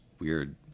weird